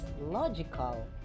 logical